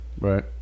Right